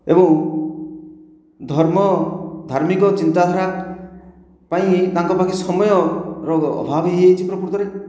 ଏବଂ ଧର୍ମ ଧାର୍ମିକ ଚିନ୍ତାଧାରା ପାଇଁ ତାଙ୍କ ପାଖରେ ସମୟର ଅଭାବ ହୋଇଯାଇଛି ପ୍ରକୃତରେ